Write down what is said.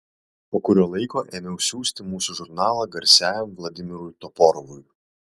po kurio laiko ėmiau siųsti mūsų žurnalą garsiajam vladimirui toporovui